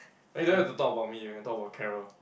eh you don't have to talk about me you can talk about Carol